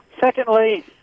Secondly